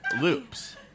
loops